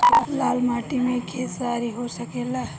लाल माटी मे खेसारी हो सकेला?